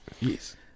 Yes